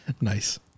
Nice